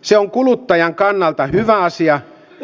se on kuluttajan kannalta hyvä asia